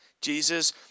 Jesus